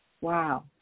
wow